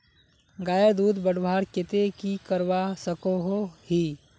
गायेर दूध बढ़वार केते की करवा सकोहो ही?